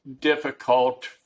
difficult